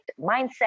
mindset